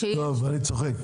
טוב, אני צוחק.